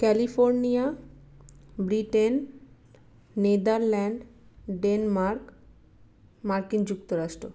California Britain Netherland Denmark মার্কিন যুক্তরাষ্ট্র